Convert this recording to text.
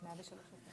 אלוף.